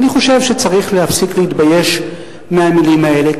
אני חושב שצריך להפסיק להתבייש במלים האלה.